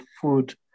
food